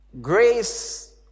grace